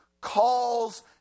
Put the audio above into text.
calls